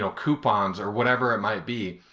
so coupons, or whatever it might be,